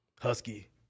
husky